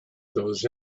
those